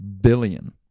billion